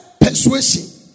persuasion